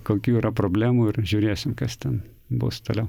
kokių yra problemų ir žiūrėsim kas ten bus toliau